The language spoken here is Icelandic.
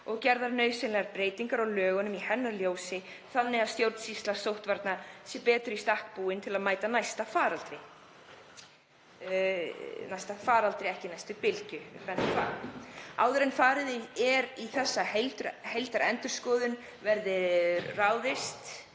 og gerðar nauðsynlegar breytingar á lögunum í hennar ljósi þannig að stjórnsýsla sóttvarna sé betur í stakk búin til að mæta næsta faraldri.“ — Í næsta faraldri, ekki næstu bylgju, ég vil benda á það. — „Áður en í þessa heildarendurskoðun verður ráðist